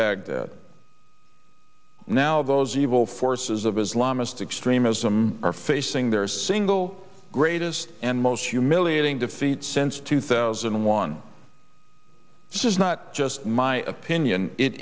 baghdad now those evil forces of islamised extremism are facing their single greatest and most humiliating defeat since two thousand and one this is not just my opinion it